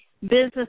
business